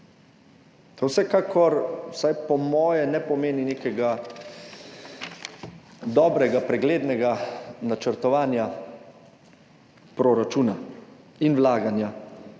To vsekakor, vsaj po mojem, ne pomeni nekega dobrega, preglednega načrtovanja proračuna in vlaganja